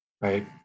right